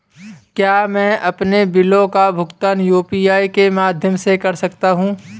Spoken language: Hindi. क्या मैं अपने बिलों का भुगतान यू.पी.आई के माध्यम से कर सकता हूँ?